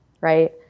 right